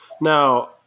Now